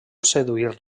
seduir